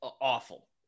awful